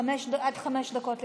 עד חמש דקות לרשותך.